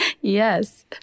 Yes